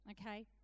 Okay